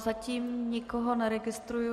Zatím nikoho neregistruji.